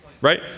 Right